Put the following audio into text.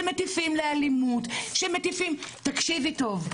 שמטיפים לאלימות - תקשיבי טוב.